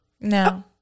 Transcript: No